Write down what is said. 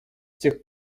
тех